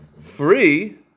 Free